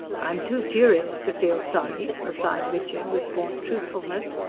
i'm too furious to feel sorry, replied richard with gaunt truthfulness,